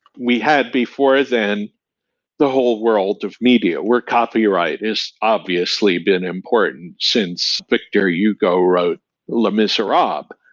we had before then the whole world of media where copyright is obviously been important since victor hugo wrote les miserables.